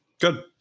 Good